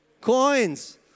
Coins